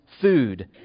food